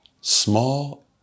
small